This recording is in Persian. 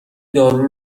دارو